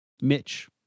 Mitch